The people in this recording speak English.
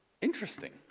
Interesting